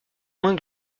moins